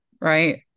right